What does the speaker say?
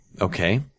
okay